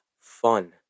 fun